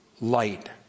light